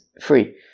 free